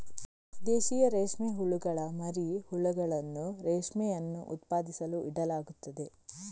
ದೇಶೀಯ ರೇಷ್ಮೆ ಹುಳುಗಳ ಮರಿ ಹುಳುಗಳನ್ನು ರೇಷ್ಮೆಯನ್ನು ಉತ್ಪಾದಿಸಲು ಇಡಲಾಗುತ್ತದೆ